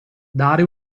dare